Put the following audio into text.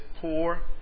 poor